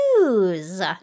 news